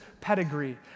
pedigree